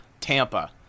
tampa